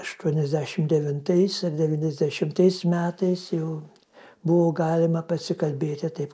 aštuoniasdešim devintais ir devyniasdešimtais metais jau buvo galima pasikalbėti taip